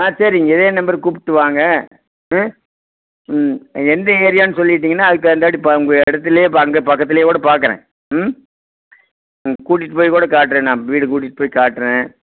ஆ சரிங்க இதே நம்பருக்கு கூப்பிட்டு வாங்க ம் ம் எந்த ஏரியான்னு சொல்லிட்டிங்கன்னால் அதுக்கு தகுந்தாற்படி ப உங்கள் இடத்துலே அங்கே பக்கத்திலேக்கூட பார்க்குறேன் ம் ம் கூட்டிகிட்டு போய்கூட காட்டுறேன் நான் வீடு கூட்டிகிட்டு போய் காட்டுறேன்